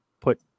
put